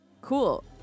cool